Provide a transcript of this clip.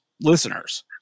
listeners